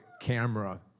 camera